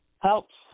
helps